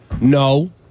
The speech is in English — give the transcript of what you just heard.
No